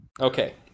Okay